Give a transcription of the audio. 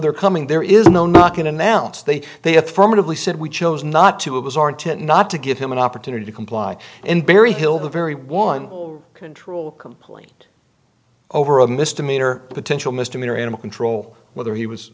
they're coming there is no not going announce they they affirmatively said we chose not to it was our intent not to give him an opportunity to comply and berryhill the very one control complaint over a misdemeanor potential misdemeanor animal control whether he was